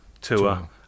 tour